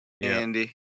Andy